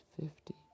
fifty